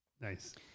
Nice